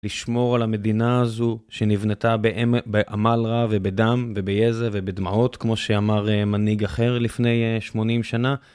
לשמור על המדינה הזו שנבנתה בעמל רע ובדם וביזע ובדמעות, כמו שאמר מנהיג אחר לפני 80 שנה.